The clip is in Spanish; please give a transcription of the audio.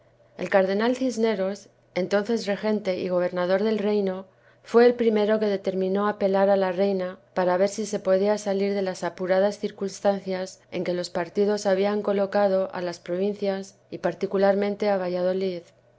el cardenal cisneros entonces regente y gobernador del reino fue el primero que determinó apelar á la reina para ver si se podia salir de las apuradas circunstancias en que los partidos habian colocado á las provincias y particularmente á valladolid